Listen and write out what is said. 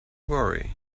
worry